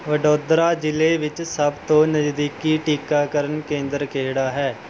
ਵਡੋਦਰਾ ਜ਼ਿਲ੍ਹੇ ਵਿੱਚ ਸਭ ਤੋਂ ਨਜ਼ਦੀਕੀ ਟੀਕਾਕਰਨ ਕੇਂਦਰ ਕਿਹੜਾ ਹੈ